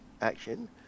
action